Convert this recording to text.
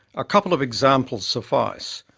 a couple of examples suffice.